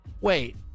wait